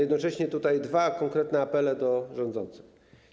Jednocześnie mam dwa konkretne apele do rządzących.